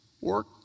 work